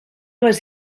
les